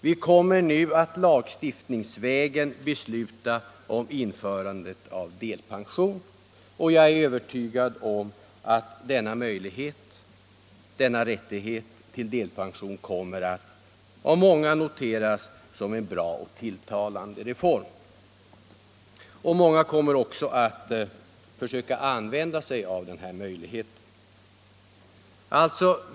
Vi kommer nu att lagstiftningsvägen besluta om införande av delpension, och jag är helt övertygad om att denna möjlighet — denna rättighet — till delpension kommer att av många noteras som en bra och tilltalande reform. Många kommer också att försöka använda sig av möjligheten att erhålla delpension.